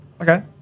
Okay